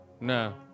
no